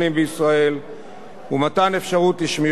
ומתן אפשרות לשמירה על הוראות הדת השונות